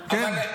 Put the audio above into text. כן.